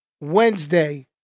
Wednesday